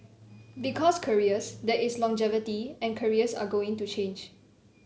because careers there is longevity and careers are going to change